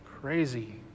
crazy